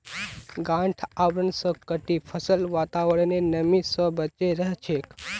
गांठ आवरण स कटी फसल वातावरनेर नमी स बचे रह छेक